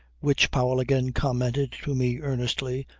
which, powell again commented to me earnestly,